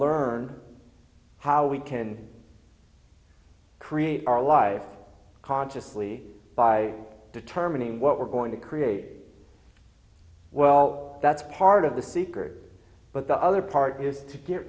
learned how we can create our life consciously by determining what we're going to create well that's part of the secret but the other part is to get